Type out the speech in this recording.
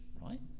right